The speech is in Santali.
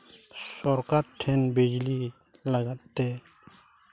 ᱥᱚᱨᱠᱟᱨ ᱴᱷᱮᱱ ᱵᱤᱡᱽᱞᱤ ᱞᱟᱜᱟᱫ ᱛᱮ